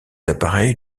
appareils